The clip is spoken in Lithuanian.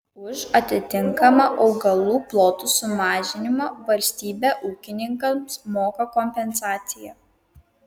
už atitinkamą augalų plotų sumažinimą valstybė ūkininkams moka kompensaciją